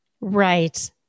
Right